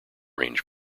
range